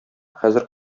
хәзер